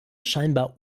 scheinbar